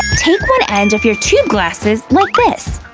take one end of your tube glasses, like this,